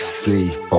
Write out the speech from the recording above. sleep